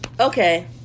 okay